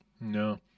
No